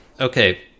Okay